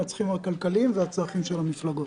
הצרכים הכלכליים והצרכים של המפלגות.